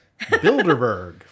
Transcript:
Bilderberg